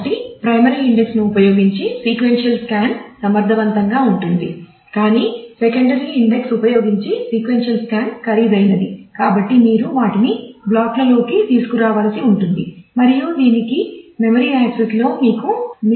కాబట్టి primary index ను ఉపయోగించి సీక్వెన్షియల్ స్కాన్లో మీకు మిల్లీసెకన్ల సమయం అవసరం